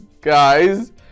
guys